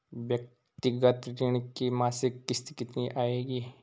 व्यक्तिगत ऋण की मासिक किश्त कितनी आएगी?